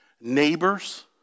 neighbors